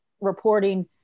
reporting